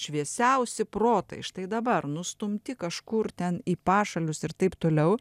šviesiausi protai štai dabar nustumti kažkur ten į pašalius ir taip toliau